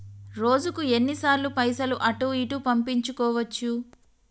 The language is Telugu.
రోజుకు ఎన్ని సార్లు పైసలు అటూ ఇటూ పంపించుకోవచ్చు?